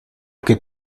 que